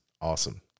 Awesome